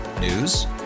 News